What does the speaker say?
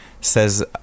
says